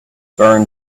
burn